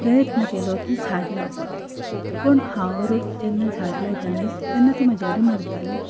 प्रयत्न केलो की झाड लावपाक पूण हांव रोय जेन्ना झाड लायतालें तेन्ना तीं म्हाजे कडेन मरतालीं